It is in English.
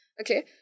okay